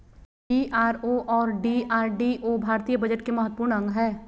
BRO और DRDO भारतीय budget के महत्वपूर्ण अंग हय